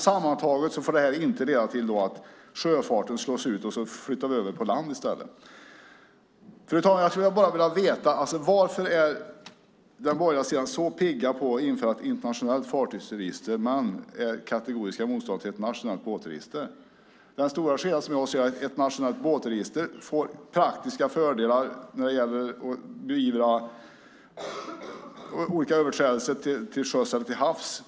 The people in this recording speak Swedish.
Sammantaget får detta inte leda till att sjöfarten slås ut och vi flyttar över på land i stället. Fru talman! Jag skulle bara vilja veta varför den borgerliga sidan är så pigg på att införa ett internationellt fartygsregister men är kategoriska motståndare till ett nationellt båtregister. Den stora skillnad som jag ser är att ett nationellt båtregister får praktiska fördelar när det gäller att beivra olika överträdelser till sjöss eller till havs.